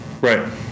Right